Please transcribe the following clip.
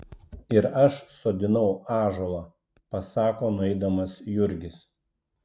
ir aš sodinau ąžuolą pasako nueidamas jurgis